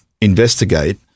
investigate